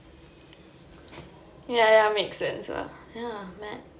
ya ya makes sense lah